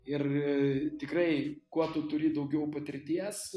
ir tikrai kuo tu turi daugiau patirties